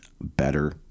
better